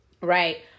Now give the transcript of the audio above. Right